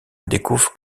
découvre